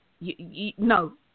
No